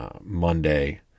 Monday